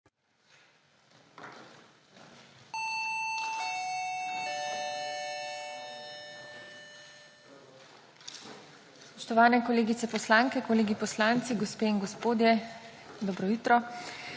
Spoštovane kolegice poslanke in kolegi poslanci, gospe in gospodje, dobro jutro!